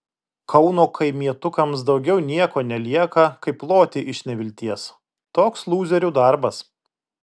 kauno kaimietukams daugiau nieko nelieka kaip loti iš nevilties toks lūzerių darbas